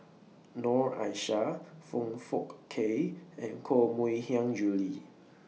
Noor Aishah Foong Fook Kay and Koh Mui Hiang Julie